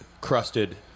crusted